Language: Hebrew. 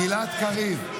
גלעד קריב.